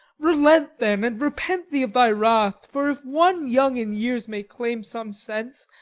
relent then and repent thee of thy wrath for, if one young in years may claim some sense,